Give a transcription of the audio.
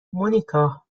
مونیکا